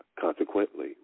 Consequently